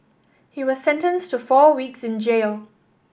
he was sentenced to four weeks in jail